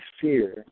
fear